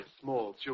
small